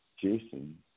Jason